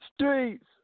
Streets